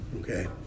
Okay